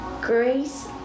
grace